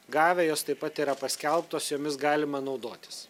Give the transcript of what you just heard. gavę jos taip pat yra paskelbtos jomis galima naudotis